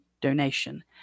donation